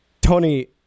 Tony